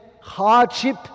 hardship